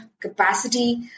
capacity